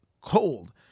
cold